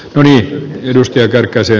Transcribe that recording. toinen edustaja kärkkäisen